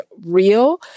real